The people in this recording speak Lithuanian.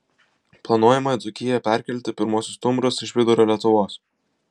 planuojama į dzūkiją perkelti pirmuosius stumbrus iš vidurio lietuvos